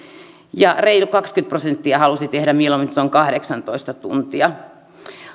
ja reilu kaksikymmentä prosenttia halusi tehdä mieluummin tuon kahdeksantoista tuntia